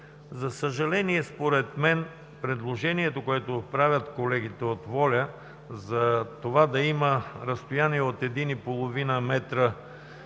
За съжаление, според мен предложението, което правят колегите от „Воля“ – да има странично разстояние от 1,5 м при